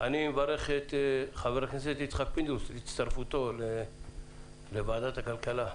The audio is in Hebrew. אני מברך את חבר הכנסת יצחק פינדרוס על הצטרפותו לוועדת הכלכלה.